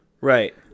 Right